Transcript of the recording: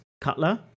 cutler